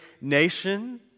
nation